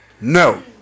No